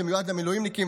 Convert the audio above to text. שמיועד למילואימניקים,